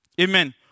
Amen